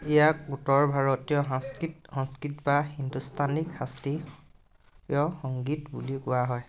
ইয়াক উত্তৰ ভাৰতীয় সাংস্কৃত সংস্কৃত বা হিন্দুস্তানী শাস্ত্ৰীয় সংগীত বুলিও কোৱা হয়